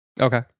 Okay